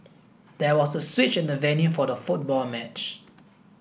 there was a switch in the venue for the football match